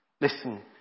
Listen